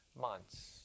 months